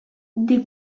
des